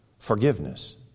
Forgiveness